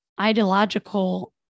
ideological